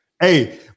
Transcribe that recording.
Hey